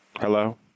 Hello